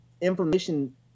inflammation